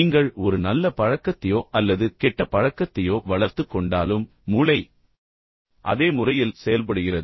நீங்கள் ஒரு நல்ல பழக்கத்தையோ அல்லது கெட்ட பழக்கத்தையோ வளர்த்துக் கொண்டாலும் மூளை அதே முறையில் செயல்படுகிறது